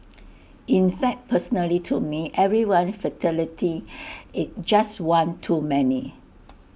in fact personally to me every one fatality is just one too many